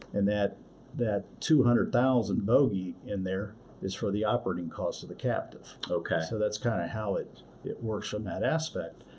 and that that two hundred thousand bogey in there is for the operating costs of the captive. so, that's kind of how it it works from that aspect.